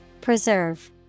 Preserve